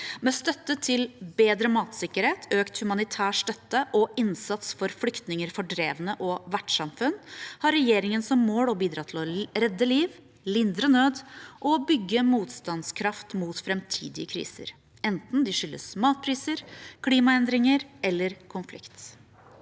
Med støtte til bedre matsikkerhet, økt humanitær støtte og innsats for flyktninger, fordrevne og vertssamfunn har regjeringen som mål å bidra til å redde liv, lindre nød og bygge motstandskraft mot framtidige kriser, enten de skyldes matpriser, klimaendringer eller konflikt.